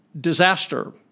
disaster